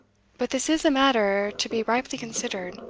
but this is a matter to be ripely considered.